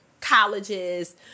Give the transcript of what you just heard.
colleges